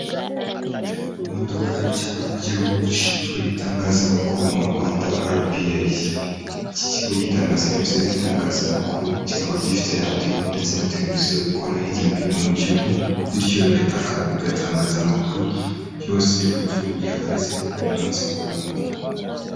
iImodoka y'ikigo cy'igihugu gishinzwe itangazamakuru mu Rwanda rba. Iki kigo gitanga serivisi z'itangazamakuru, kikaba gifite radiyo ndetse na tereviziyo bikorera hirya no hino mu gihugu, bityo bigatangaza amakuru yose y'uko igihugu gihagaze umunsi ku wundi.